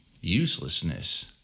uselessness